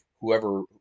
whoever